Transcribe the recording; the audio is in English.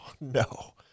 no